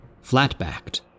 flat-backed